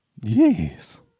Yes